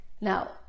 Now